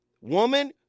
Woman